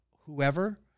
whoever